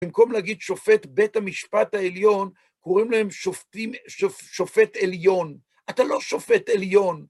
במקום להגיד שופט בית המשפט העליון, קוראים להם שופט עליון. אתה לא שופט עליון.